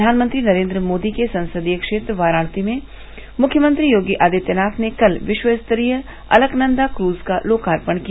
प्रधानमंत्री नरेन्द्र मोदी के संसदीय क्षेत्र वाराणसी में मुख्यमंत्री योगी आदित्यनाथ ने कल विष्वस्तरीय अलकनन्दा क्रज का लोकार्पण किया